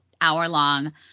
hour-long